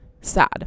sad